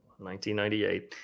1998